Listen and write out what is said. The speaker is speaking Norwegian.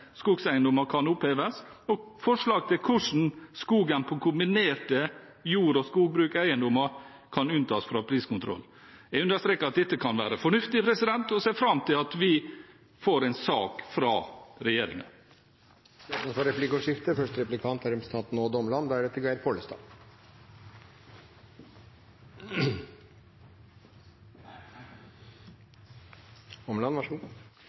kan oppheves, og forslag til hvordan skogen på kombinerte jord- og skogbrukseiendommer kan unntas fra priskontroll. Jeg understreker at dette kan være fornuftig, og ser fram til at vi får en sak fra regjeringen. Det blir replikkordskifte.